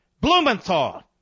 Blumenthal